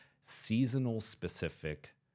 seasonal-specific